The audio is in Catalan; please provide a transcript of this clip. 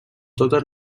totes